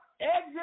Exit